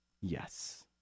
Yes